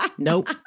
Nope